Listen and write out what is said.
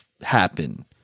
happen